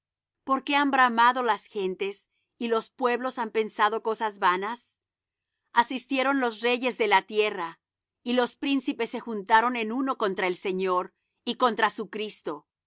por qué han bramado las gentes y los pueblos han pensado cosas vanas asistieron los reyes de la tierra y los príncipes se juntaron en uno contra el señor y contra su cristo